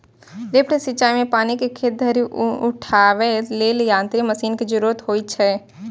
lift सिंचाइ मे पानि कें खेत धरि उठाबै लेल यांत्रिक मशीन के जरूरत होइ छै